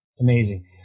Amazing